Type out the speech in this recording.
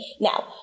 now